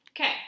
Okay